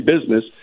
business